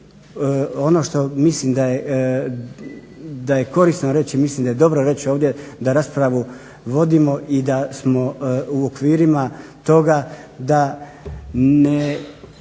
ono što mislim da je korisno reći mislim da je dobro reći ovdje da raspravu vodimo i da smo u okvirima toga da ne